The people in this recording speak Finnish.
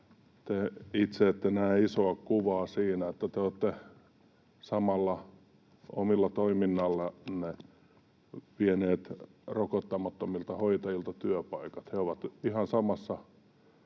te itse ette näe isoa kuvaa siinä, että samalla te olette omalla toiminnallanne vieneet rokottamattomilta hoitajilta työpaikat. He ovat ihan samassa